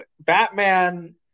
Batman